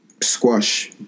squash